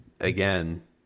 again